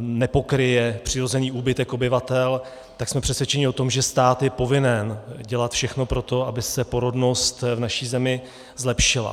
nepokryje přirozený úbytek obyvatel, tak jsme přesvědčeni o tom, že stát je povinen dělat všechno pro to, aby se porodnost v naší zemi zlepšila.